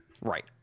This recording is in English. right